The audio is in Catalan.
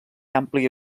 àmplia